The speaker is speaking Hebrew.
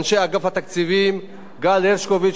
אנשי אגף התקציבים: גל הרשקוביץ,